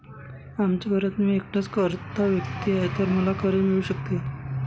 आमच्या घरात मी एकटाच कर्ता व्यक्ती आहे, तर मला कर्ज मिळू शकते का?